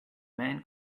man